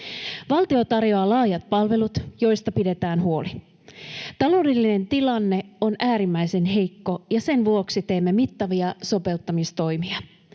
Valtio tarjoaa laajat palvelut, joista pidetään huoli. Taloudellinen tilanne on äärimmäisen heikko, ja sen vuoksi teimme mittavia sopeuttamistoimia.